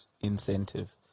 incentive